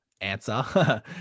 answer